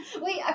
Wait